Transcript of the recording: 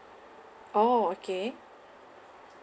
orh okay